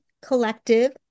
Collective